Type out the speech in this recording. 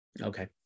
Okay